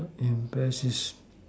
and best is